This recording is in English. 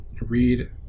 read